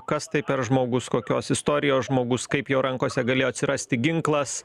kas tai per žmogus kokios istorijos žmogus kaip jo rankose galėjo atsirasti ginklas